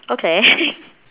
okay